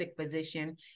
physician